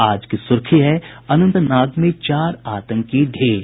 आज की सुर्खी है अनंतनाग में चार आतंकी ढेर